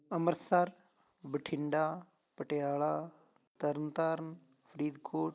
Amritsar Bathinda Patiala Tarn Taran Faridkot